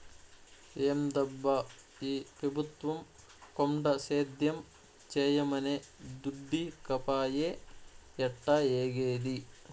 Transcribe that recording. ఏందబ్బా ఈ పెబుత్వం కొండ సేద్యం చేయమనె దుడ్డీకపాయె ఎట్టాఏగేది